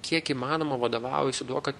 kiek įmanoma vadovaujuosi tuo kad